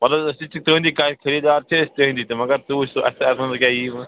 وۅلہٕ حظ أسۍ تہِ چھِ تُہٕنٛدی کامہِ خٔریٖدار چھِ أسۍ تٔہٕنٛدی تہِ مگر تُہۍ وُچھتَو اَسہِ تہِ اَتھس منٛز کیٛاہ یِیہِ وۅں